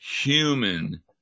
human